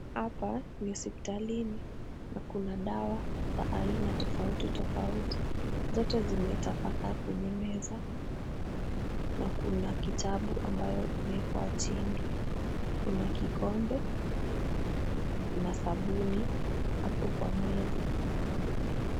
Hapa ni hospitalini na kuna dawa za aina tofauti tofauti. Zote zimetapakaa kwenye meza na kuna kitabu ambayo imewekwa chini. Kuna kikombe na sabuni hapo kwa meza.